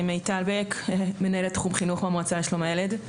מיטל בק, מנהלת תחום חינוך במועצה לשלום הילד.